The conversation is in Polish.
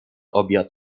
obiad